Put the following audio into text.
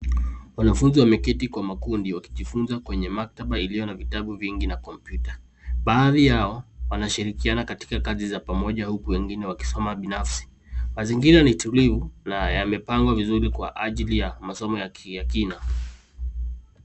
Wanafunzi wameketi kwa makundi wakijifunza kwenye maktaba iliyo na vitabu vingi na kompyuta. Baadhi yao wanashirikiana katika kazi za pamoja huku wengine wakisoma binafsi. Mazingira ni tulivu na yamepangwa vizuri kwa ajili ya masomo ya kina.